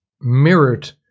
mirrored